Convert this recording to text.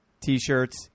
t-shirts